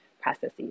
processes